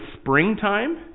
springtime